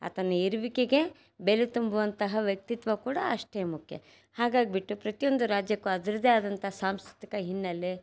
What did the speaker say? ಆತನ ಇರುವಿಕೆಗೆ ಬೆಲೆ ತುಂಬುವಂತಹ ವ್ಯಕ್ತಿತ್ವ ಕೂಡ ಅಷ್ಟೇ ಮುಖ್ಯ ಹಾಗಾಗಿಬಿಟ್ಟು ಪ್ರತಿಯೊಂದು ರಾಜ್ಯಕ್ಕೂ ಅದ್ರದ್ದೇ ಆದಂಥ ಸಾಂಸ್ಕೃತಿಕ ಹಿನ್ನೆಲೆ